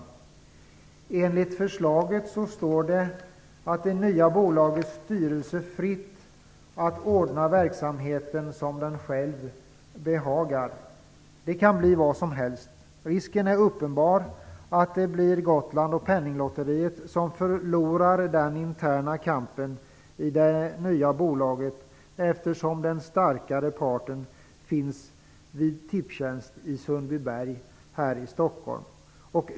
Det står, enligt förslaget, det nya bolagets styrelse fritt att ordna verksamheten som den själv behagar. Det kan bli vad som helst. Det är en uppenbar risk att det blir Gotland och Penninglotteriet som förlorar den interna kampen i det nya bolaget, eftersom den starkare parten finns hos Tipstjänst i Sundbyberg, utanför Stockholm.